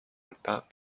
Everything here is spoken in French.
alpins